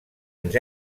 ens